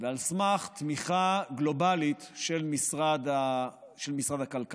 ועל סמך תמיכה גלובלית של משרד הכלכלה